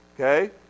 okay